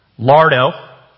Lardo